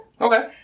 Okay